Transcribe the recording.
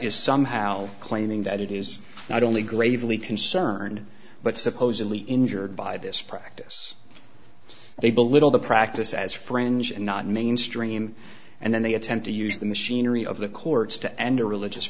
is somehow claiming that it is not only gravely concerned but supposedly injured by this practice they belittle the practice as french and not mainstream and then they attempt to use the machinery of the courts to end a religious